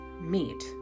meet